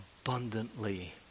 abundantly